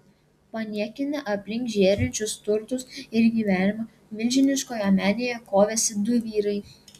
paniekinę aplink žėrinčius turtus ir gyvenimą milžiniškoje menėje kovėsi du vyrai